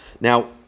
Now